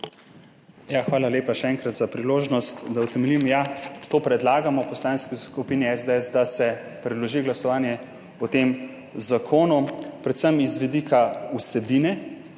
hvala lepa še enkrat za priložnost, da utemeljim. Ja, to predlagamo v Poslanski skupini SDS, da se predloži glasovanje o tem zakonu, predvsem iz vidika vsebine,